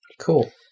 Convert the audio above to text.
cool